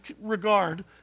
regard